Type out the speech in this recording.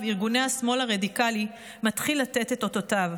ארגוני השמאל הרדיקלי מתחיל לתת את אותותיו.